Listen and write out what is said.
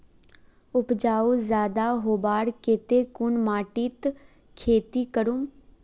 उपजाऊ ज्यादा होबार केते कुन माटित खेती करूम?